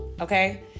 Okay